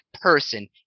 person